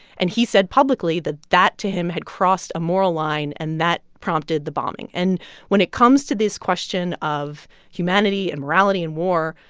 and he said publicly that that, to him, had crossed a moral line, and that prompted the bombing. and when it comes to this question of humanity and morality in war,